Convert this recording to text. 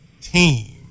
team